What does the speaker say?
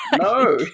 no